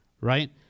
Right